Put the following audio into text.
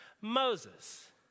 Moses